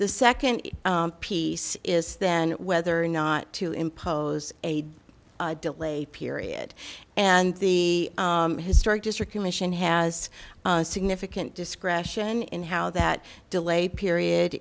the second piece is then whether or not to impose a delay period and the historic district commission has significant discretion in how that delay period